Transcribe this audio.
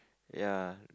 ya